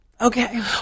Okay